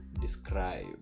describe